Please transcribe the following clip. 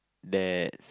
that